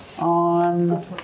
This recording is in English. on